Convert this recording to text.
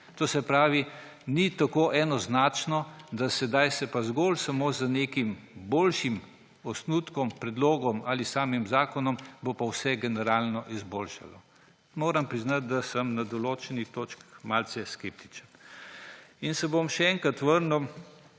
To se pravi, da ni tako enoznačno, da sedaj se bo pa zgolj samo z nekim boljšim osnutkom, predlogom ali samim zakonom vse generalno izboljšalo. Moram priznati, da sem na določenih točkah malce skeptičen. In se bom še enkrat vrnil,